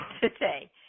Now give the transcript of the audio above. today